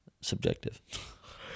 subjective